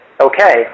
okay